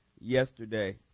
yesterday